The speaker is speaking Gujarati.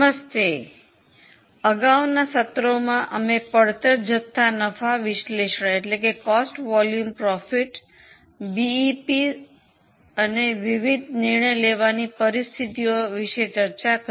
નમસ્તે અગાઉનાં સત્રોમાં અમે પડતર જથ્થા નફા વિશ્લેષણ બીઈપી વિશ્લેષણ અને વિવિધ નિર્ણય લેવાની પરિસ્થિતિઓના વિશે ચર્ચા કરી